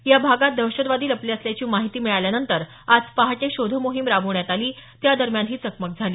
या भागात दहशतवादी लपले असल्याची माहिती मिळाल्यानंतर शोधमोहीम राबवण्यात आली त्यादरम्यान ही चकमक झाली